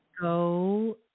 go